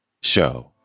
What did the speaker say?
Show